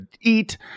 eat